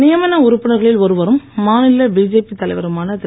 நியமன உறுப்பினர்களில் ஒருவரும் மாநில பிஜேபி தலைவருமான திரு